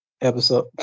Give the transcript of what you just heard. episode